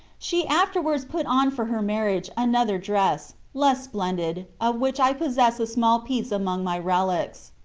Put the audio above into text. she afterwards put on for her marriage another dress, less splendid, of which i possess a small piece among my relics.